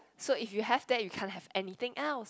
so if you have that you can have anything else